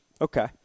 Okay